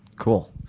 cool.